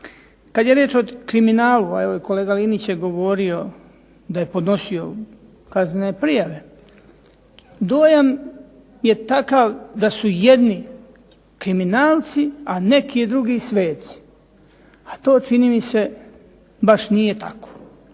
Kad je riječ o kriminalu kolega Linić je govorio da je podnosio kaznene prijave. Dojam je takav da su jedni kriminalci, a neki drugi sveci, a to čini mi se baš nije tako.